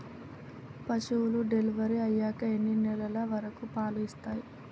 పశువులు డెలివరీ అయ్యాక ఎన్ని నెలల వరకు పాలు ఇస్తాయి?